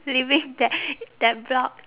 living there that block